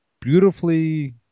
beautifully